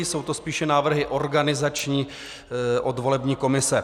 Jsou to spíše návrhy organizační od volební komise.